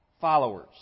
followers